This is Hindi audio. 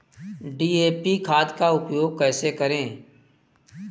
डी.ए.पी खाद का उपयोग कैसे करें?